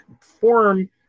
form